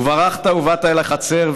// וברחת ובאת אל החצר,